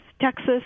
Texas